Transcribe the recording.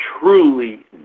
truly